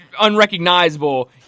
unrecognizable